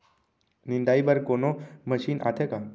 निंदाई बर कोनो मशीन आथे का?